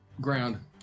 Ground